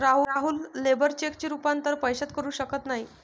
राहुल लेबर चेकचे रूपांतर पैशात करू शकत नाही